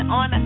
on